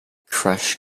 crush